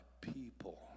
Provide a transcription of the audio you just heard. people